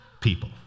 people